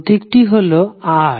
প্রতীকটি হল R